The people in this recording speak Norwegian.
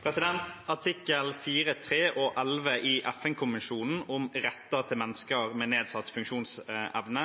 «Ifølge artikkel 4 nr. 3 og artikkel 11 i FN-konvensjonen om rettighetene til mennesker med nedsatt funksjonsevne